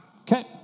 Okay